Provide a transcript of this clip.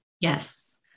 yes